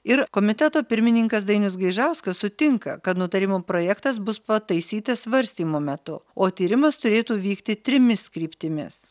ir komiteto pirmininkas dainius gaižauskas sutinka kad nutarimo projektas bus pataisytas svarstymo metu o tyrimas turėtų vykti trimis kryptimis